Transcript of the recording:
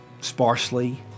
sparsely